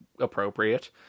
appropriate